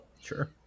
Sure